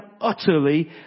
utterly